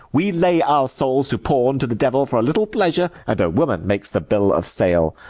we lay our souls to pawn to the devil for a little pleasure, and a woman makes the bill of sale.